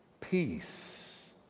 Peace